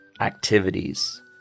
activities